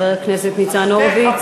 השותק הבא.